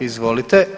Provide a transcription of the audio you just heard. Izvolite.